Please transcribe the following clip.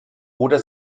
oder